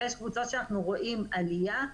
יש קבוצות שבהן אנחנו רואים עלייה,